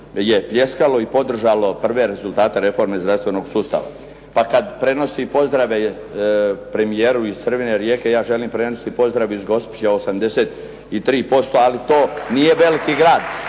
je pljeskalo i podržalo prve rezultate reforme zdravstvenog sustava. Pa kad prenosi pozdrave premijeru iz crvene Rijeke ja želim prenijeti pozdrav iz Gospića 83% ali to nije veliki grad